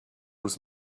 was